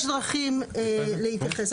יש דרכים להתייחס.